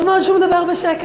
טוב מאוד שהוא מדבר בשקט.